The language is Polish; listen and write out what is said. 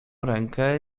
rękę